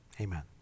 amen